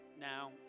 now